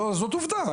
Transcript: זו עובדה.